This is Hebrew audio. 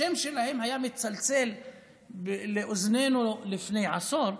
שהשם שלהן היה מצלצל באוזנינו לפני עשור,